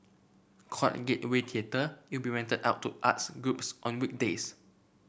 called in Gateway Theatre it will be rented out to arts groups on weekdays